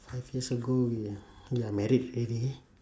five years ago we we are married already